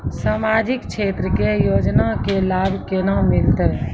समाजिक क्षेत्र के योजना के लाभ केना मिलतै?